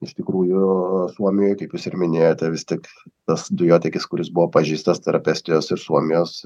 iš tikrųjų suomijoj kaip jūs ir minėjote vis tik tas dujotiekis kuris buvo pažeistas tarp estijos ir suomijos